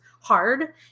hard